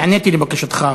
נעניתי לבקשתך,